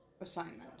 assignment